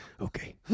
Okay